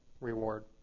reward